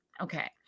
Okay